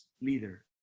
leader